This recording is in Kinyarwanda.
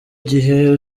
gihe